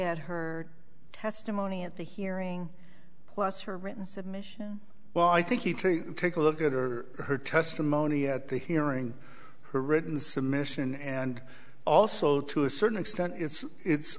at her testimony at the hearing plus her written submission well i think you can take a look at her her testimony at the hearing her written submission and also to a certain extent it's it